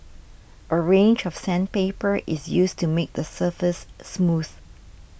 a range of sandpaper is used to make the surface smooth